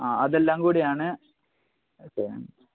ആ അതെല്ലാം കൂടിയാണ് ഓക്കേ